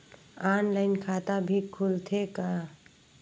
Online खाता भी खुलथे का?